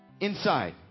Inside